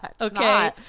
Okay